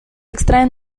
extraen